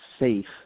Safe